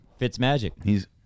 Fitzmagic